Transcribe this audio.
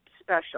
special